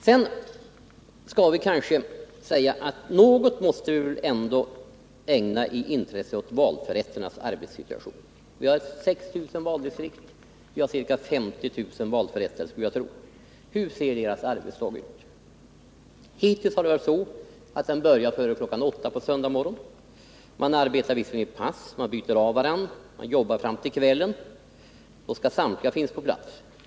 Det bör kanske också sägas att något intresse måste ägnas även åt valförrättarnas arbetssituation. Vi har 6 000 valdistrikt, och jag skulle tro att vi har ca 50 000 valförrättare. Hur ser deras arbetsdag ut? Hittills har det varit så att de börjar före kl. 8 på söndagsmorgonen. Valförrättarna arbetar visserligen i pass och byter av varandra under dagen, men på kvällen skall samtliga finnas på plats.